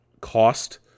cost